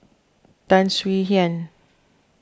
Tan Swie Hian